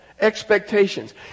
expectations